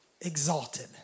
Exalted